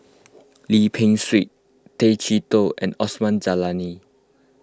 Lim Peng Siang Tay Chee Toh and Osman Zailani